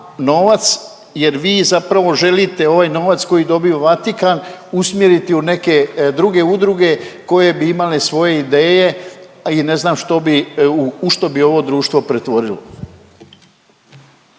novac jer vi zapravo želite ovaj novac koji dobiva Vatikan usmjeriti u neke druge udruge koje bi imale svoje ideje i ne znam što bi u što bi ovo društvo pretvorilo.